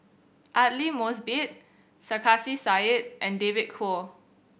Aidli Mosbit Sarkasi Said and David Kwo